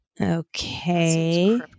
Okay